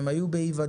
הם היו באי-ודאות,